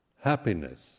happiness